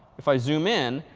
if i zoom in,